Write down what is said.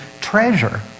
treasure